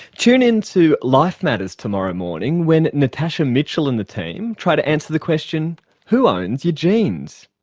tune in to life matters tomorrow morning when natasha mitchell and the team try to answer the question who owns your genes?